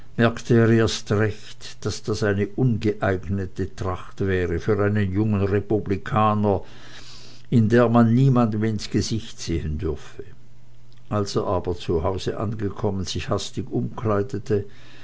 erst recht daß das eine ungeeignete tracht wäre für einen jungen republikaner in der man niemandem ins gesicht sehen dürfe als er aber zu hause angekommen sich hastig umkleidete